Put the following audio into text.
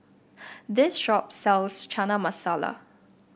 this shop sells Chana Masala